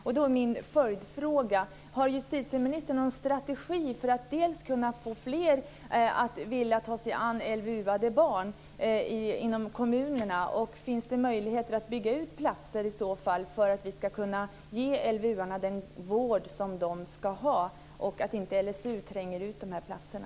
Då är min följdfråga: Har justitieministern någon strategi för att kunna få fler inom kommunerna att vilja ta sig an barn som dömts till LVU? Finns det möjligheter att bygga ut antalet platser för att vi ska kunna ge barn som dömts till LVU den vård som de ska ha och för att inte LSU ska tränga ut de här platserna?